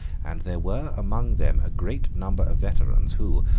and there were among them a great number of veterans, who,